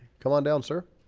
come on down, sir